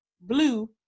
blue